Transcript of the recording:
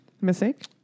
mistake